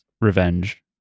revenge